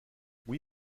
oui